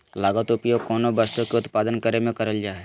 लागत उपयोग कोनो वस्तु के उत्पादन करे में करल जा हइ